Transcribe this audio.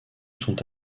sont